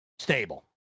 Stable